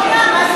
ועברו על החוק,